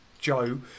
Joe